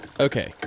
Okay